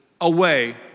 away